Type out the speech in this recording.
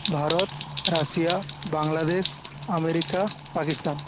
Bharat Russia Bangladesh America Pakistan